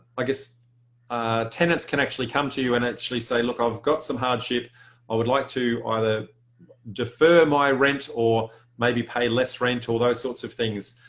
like ah tenants can actually come to you and actually say look, i've got some hardship i would like to ah either defer my rent or maybe pay less rent. all those sorts of things.